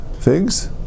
figs